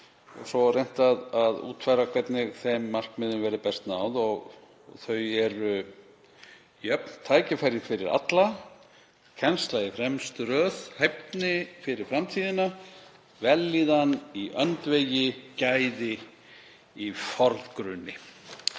Svo er reynt að útfæra hvernig þeim markmiðum verði best náð og þau eru: Jöfn tækifæri fyrir alla, kennsla í fremstu röð, hæfni fyrir framtíðina, vellíðan í öndvegi, gæði í forgrunni.